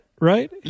right